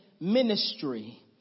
ministry